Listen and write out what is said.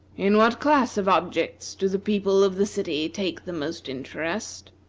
in what class of objects do the people of the city take the most interest?